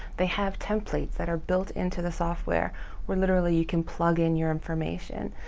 they have templates that are built into the software where literally you can plug in your information.